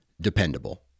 dependable